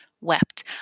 wept